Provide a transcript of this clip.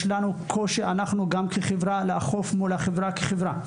יש לנו קושי לאכוף מול החברה כחברה,